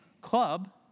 club